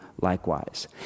likewise